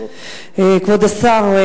כבוד השר,